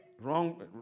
Wrong